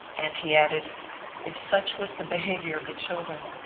and he added if such was the behaviour of the children,